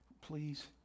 please